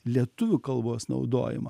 lietuvių kalbos naudojimą